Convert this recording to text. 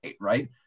right